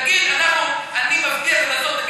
תגיד: אני מבטיח לעשות,